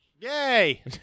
Yay